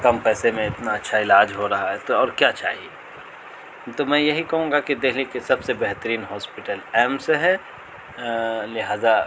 کم پیسے میں اتنا اچھا علاج ہو رہا ہے تو اور کیا چاہیے تو میں یہی کہوں گا کہ دہلی کے سب سے بہترین ہاسپٹل ایمس ہے لہذا